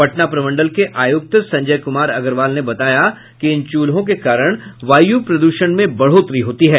पटना प्रमंडल के आयुक्त संजय कुमार अग्रवाल ने बताया कि इन चूल्हों के कारण वायु प्रद्षण में बढ़ोतरी होती है